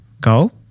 go